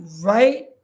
right